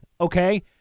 okay